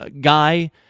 guy